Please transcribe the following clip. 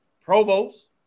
provost